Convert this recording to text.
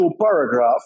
paragraph